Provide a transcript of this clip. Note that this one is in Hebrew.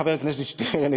חבר הכנסת שטרן,